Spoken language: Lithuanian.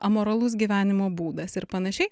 amoralus gyvenimo būdas ir panašiai